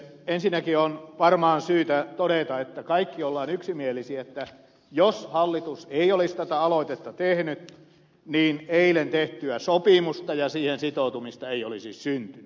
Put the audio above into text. ensinnäkin on varmaan syytä todeta että kaikki olemme yksimielisiä että jos hallitus ei olisi tätä aloitetta tehnyt niin eilen tehtyä sopimusta ja siihen sitoutumista ei olisi syntynyt